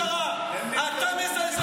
אתה הורס את המשטרה, אתה מזלזל בשוטרים ובחוק.